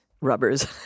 rubbers